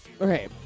Okay